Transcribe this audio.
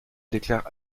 déclare